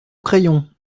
crayon